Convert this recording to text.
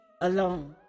alone